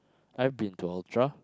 I've been to Ultra